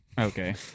Okay